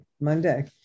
Monday